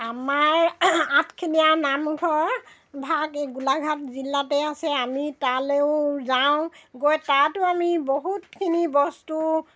আমাৰ আঠখেলীয়া নামঘৰভাগ এই গোলাঘাট জিলাতে আছে আমি তালৈও যাওঁ গৈ তাতো আমি বহুতখিনি বস্তু